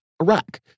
Iraq